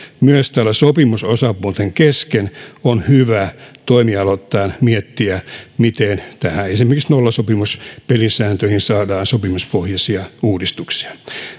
myös sopimusosapuolten kesken on hyvä toimialoittain miettiä miten esimerkiksi nollasopimuspelisääntöihin saadaan sopimuspohjaisia uudistuksia